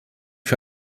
für